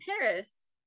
Paris